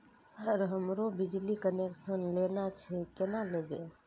Sir हमरो बिजली connection लेना छे केना लेबे?